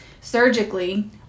Surgically